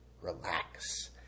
relax